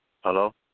Hello